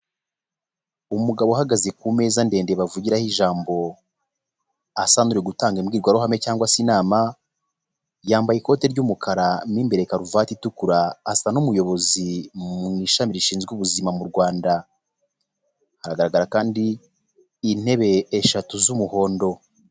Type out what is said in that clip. Umugabo uhagaze ku meza ndende bavugiraho ijambo, asa n'uri gutanga imbwirwaruhame, cyangwa se inama, yambaye ikote ry'umukara, mo imbere karuvati itukura, asa n'umuyobozi mu ishami rishinzwe ubuzima mu Rwanda, haragaragara kandi intebe eshatu z'umuhondo.